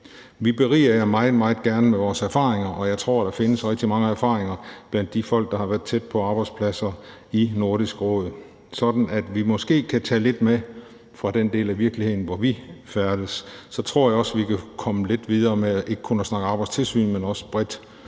Vi beriger jer meget, meget gerne med vores erfaringer, og jeg tror, der findes rigtig mange erfaringer blandt de folk i Nordisk Råd, der har været tæt på arbejdspladser. På den måde kan vi måske kan tage lidt med fra den del af virkeligheden, hvor vi færdes. Så tror jeg også, vi kan komme lidt videre med ikke kun at snakke om arbejdstilsyn, men også at